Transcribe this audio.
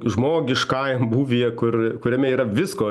žmogiškajam būvyje kur kuriame yra visko